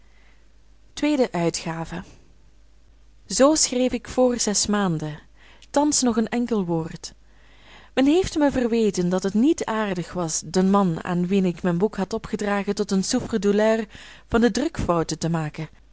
uitgave zoo schreef ik voor zes maanden thans nog een enkel woord men heeft mij verweten dat het niet aardig was den man aan wien ik mijn boek had opgedragen tot een souffre douleur van de drukfouten te maken